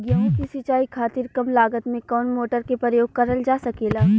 गेहूँ के सिचाई खातीर कम लागत मे कवन मोटर के प्रयोग करल जा सकेला?